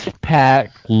pack